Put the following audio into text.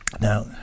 Now